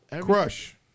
Crush